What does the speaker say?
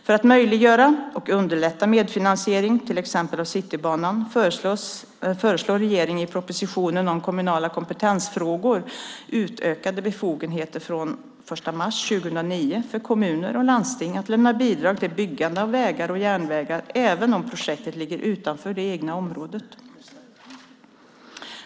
För att möjliggöra och underlätta medfinansiering, till exempel av Citybanan, föreslår regeringen i propositionen Kommunala kompetensfrågor m.m. utökade befogenheter från den 1 mars 2009 för kommuner och landsting att lämna bidrag till byggande av vägar och järnvägar, även om projektet ligger utanför det egna området.